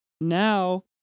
now